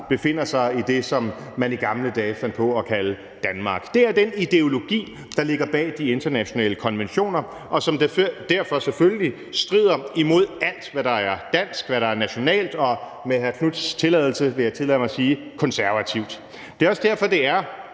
befinder sig i det, som man i gamle dage fandt på at kalde Danmark. Det er den ideologi, der ligger bag de internationale konventioner, og som derfor selvfølgelig strider imod alt, hvad der er dansk, hvad der er nationalt, og med hr. Marcus Knuths tilladelse vil jeg tillade mig at sige konservativt. Det er også derfor, det er